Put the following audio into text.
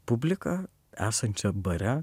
publiką esančią bare